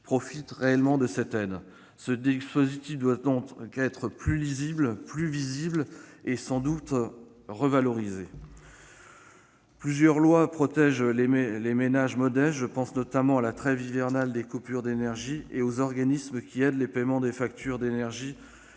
profitent réellement de cette aide. Ce dispositif doit être plus visible et sans doute être revalorisé. Plusieurs dispositifs légaux protègent les ménages modestes. Je pense notamment à la trêve hivernale des coupures d'énergie et aux organismes qui aident au paiement des factures d'énergie,